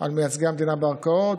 על מייצגי המדינה בערכאות,